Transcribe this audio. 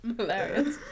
Hilarious